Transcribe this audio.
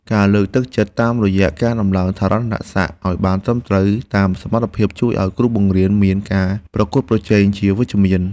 ការលើកទឹកចិត្តតាមរយៈការដំឡើងឋានន្តរស័ក្តិឱ្យបានត្រឹមត្រូវតាមសមត្ថភាពជួយឱ្យគ្រូបង្រៀនមានការប្រកួតប្រជែងជាវិជ្ជមាន។